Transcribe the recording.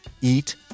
eat